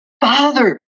Father